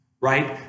right